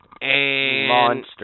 Monster